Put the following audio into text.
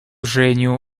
женю